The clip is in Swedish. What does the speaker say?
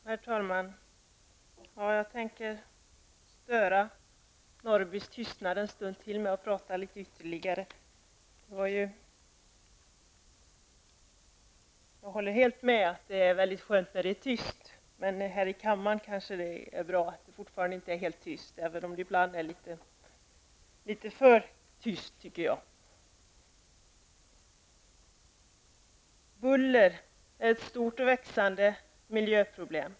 Herr talman! Jag tänker störa Sören Norrbys tystnad ännu en gång. Jag håller med om att det är skönt när det är tyst, men det är kanske bra att det fortfarande inte är helt tyst här i kammaren, även om det ibland är litet för tyst enligt min uppfattning. Buller är ett stort och växande miljöproblem.